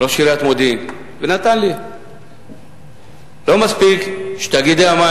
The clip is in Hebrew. פר-כיתה, ונתתי נתונים על בית-ספר יסודי בחטיבת